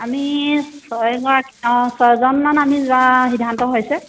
আমি ছয়গৰাকী অঁ ছজনমান আমি যোৱা সিদ্ধান্ত হৈছে